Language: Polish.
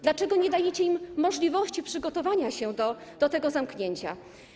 Dlaczego nie dajecie im możliwości przygotowania się do tego zamknięcia?